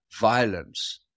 violence